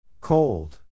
Cold